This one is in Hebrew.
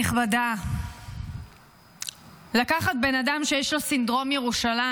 כנסת נכבדה, לקחת בן אדם שיש לו סינדרום ירושלים